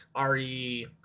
re